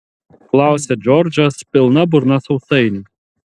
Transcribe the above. klausia džordžas pilna burna sausainių